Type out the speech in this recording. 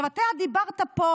אתה דיברת פה